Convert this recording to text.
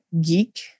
geek